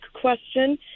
question